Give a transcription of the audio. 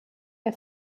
der